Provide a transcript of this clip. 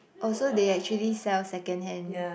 oh so they actually sell second hand